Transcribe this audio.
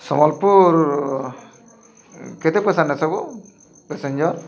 ସମ୍ବଲ୍ପୁର୍ କେତେ ପଇସା ନଉସ୍ ସବୁ ପାସେଞ୍ଜର୍